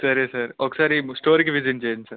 సరే సార్ ఒకసారి స్టోరుకి విసిట్ చేయండి సార్